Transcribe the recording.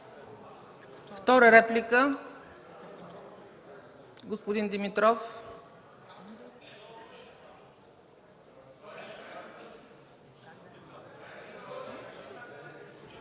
Втора реплика? Господин Димитров.